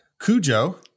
Cujo